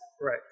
Right